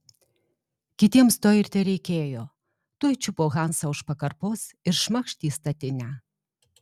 kitiems to ir tereikėjo tuoj čiupo hansą už pakarpos ir šmakšt į statinę